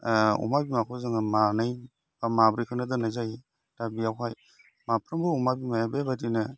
अमा बिमाखौ जोङो मानै बा माब्रैखौनो दोननाय जायो दा बेयावहाय माफ्रोमबो अमा बिमाया बेबायदिनो